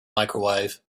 microwave